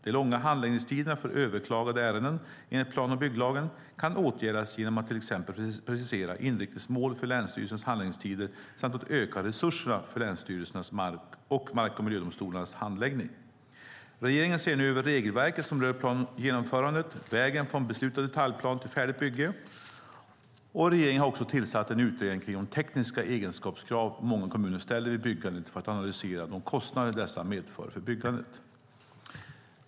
De långa handläggningstiderna för överklagade ärenden enligt plan och bygglagen kan åtgärdas genom att till exempel precisera inriktningsmål för länsstyrelsernas handläggningstider samt öka resurserna för länsstyrelsernas och mark och miljödomstolarnas handläggning. Regeringen ser nu över regelverket som rör plangenomförandet - vägen från beslutad detaljplan till färdigt bygge. Regeringen har också tillsatt en utredning kring de tekniska egenskapskrav många kommuner ställer vid byggande för att analysera de kostnader dessa medför för byggandet.